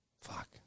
fuck